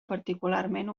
particularment